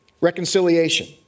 Reconciliation